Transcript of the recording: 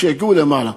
שיגיעו למעלה.